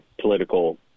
political